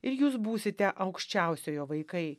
ir jūs būsite aukščiausiojo vaikai